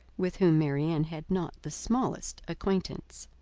with whom marianne had not the smallest acquaintance.